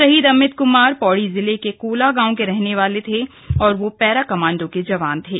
शहीद अमित कुमार पौड़ी जिले के कोला गांव के रहने वाले थे और वो पैरा कमाण्डो के जवान थे